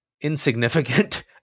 insignificant